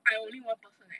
I only one person eh